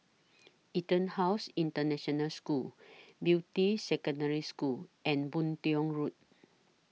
Etonhouse International School Beatty Secondary School and Boon Tiong Road